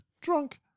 drunk